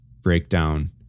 breakdown